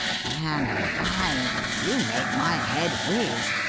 man alive, you make my head whiz.